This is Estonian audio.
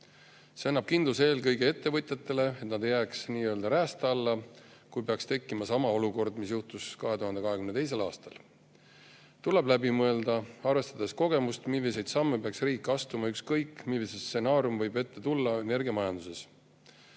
See annab kindluse eelkõige ettevõtjatele, et nad ei jää nii-öelda räästa alla, kui peaks tekkima sama olukord nagu 2022. aastal. Tuleb läbi mõelda, arvestades kogemust, milliseid samme peaks riik astuma, ükskõik, milline stsenaarium võib energiamajanduses